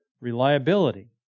reliability